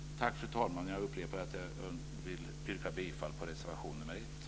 Tack, fru talman, och jag upprepar mitt yrkande om bifall till reservation 1.